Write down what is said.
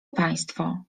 państwo